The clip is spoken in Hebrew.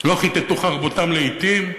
לא "כתתו חרבותם לאתים".